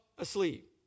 asleep